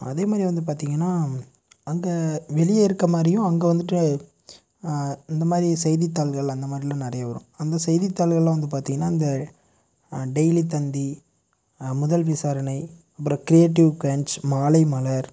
அதே மாதிரி வந்து பார்த்தீங்கன்னா அங்கே வெளிய இருக்க மாதிரியும் அங்கே வந்துட்டு இந்த மாதிரி செய்தித்தாள்கள் அந்தமாதிரிலாம் நிறைய வரும் அந்த செய்திதாள்கள்லாம் வந்து பார்த்தீங்கன்னா அந்த டெய்லி தந்தி முதல் விசாரணை அப்புறம் கிரியேட்டிவ் கிரன்ச் மாலை மலர்